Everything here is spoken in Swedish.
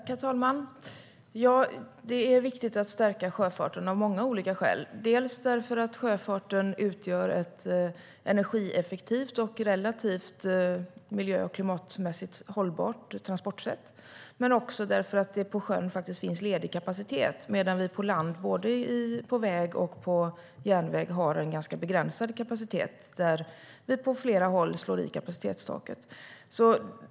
Herr talman! Det är viktigt att stärka sjöfarten av många olika skäl. Dels utgör sjöfarten ett energieffektivt och relativt miljö och klimatmässigt hållbart transportsätt, dels finns det faktiskt ledig kapacitet på sjön, medan vi på land på både väg och järnväg har en ganska begränsad kapacitet och på flera håll slår i kapacitetstaket.